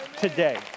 today